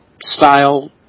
style